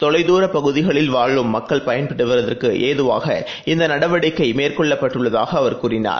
தொலைதூரபகுதிகளில் வாழும் மக்கள் பயன்பெறுவதற்குஏதுவாக இந்தநடவடிக்கைமேற்கொள்ளப்பட்டுள்ளதாகஅவர் கூறினார்